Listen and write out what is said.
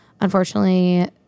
unfortunately